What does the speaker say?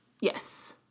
Yes